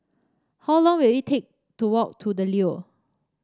how long will it take to walk to The Leo